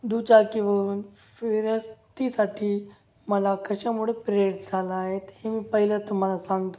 दुचाकीवरून फिरस्तीसाठी मला कशामुळे प्रेरित झाला आहे ते मी पहिलं तुम्हाला सांगतो